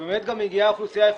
וגם באמת מגיעה אוכלוסייה איכותית,